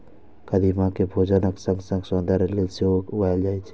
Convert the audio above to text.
कदीमा कें भोजनक संग संग सौंदर्य लेल सेहो उगायल जाए छै